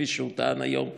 כפי שהוא טען היום בישיבה,